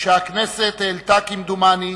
שהכנסת העלתה, כמדומני,